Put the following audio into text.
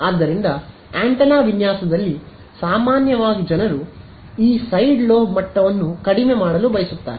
ಆದ್ದರಿಂದ ಆಂಟೆನಾ ವಿನ್ಯಾಸದಲ್ಲಿ ಸಾಮಾನ್ಯವಾಗಿ ಜನರು ಈ ಸೈಡ್ ಲೋಬ್ ಮಟ್ಟವನ್ನು ಕಡಿಮೆ ಮಾಡಲು ಬಯಸುತ್ತಾರೆ